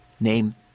Name